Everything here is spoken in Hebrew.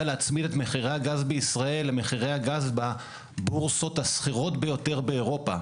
להצמיד את מחירי הגז בישראל למחירי הגז בבורסות הסחירות ביותר באירופה.